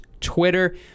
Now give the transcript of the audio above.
Twitter